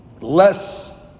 less